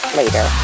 later